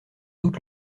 doute